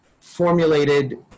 formulated